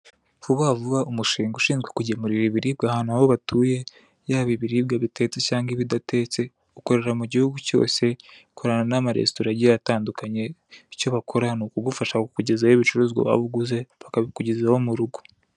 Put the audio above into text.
Vuba vuba, umushinga ushinzwe kugemurira ibiribwa ahantu aho batuye, yaba ibiribwa bitetse cyangwa ibidatetse, ukorera mu gihugu cyose, ukorana n'amaresitora agiye atandukanye, icyo bakora ni ukugufasha kukugezaho ibicuruzwa waba uguze, bakabikugezaho mu rugo.